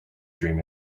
dream